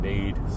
need